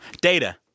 Data